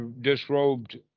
disrobed